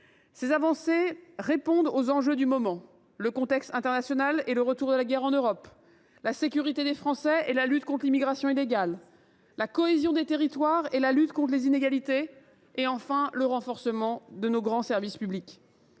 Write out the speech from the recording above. Ces avancées répondent aux enjeux du moment : le contexte international et le retour de la guerre en Europe, la sécurité des Français et la lutte contre l’immigration illégale, la cohésion des territoires et la lutte contre les inégalités et, enfin, le renforcement de nos grands services publics.